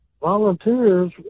volunteers